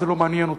זה לא מעניין אותי.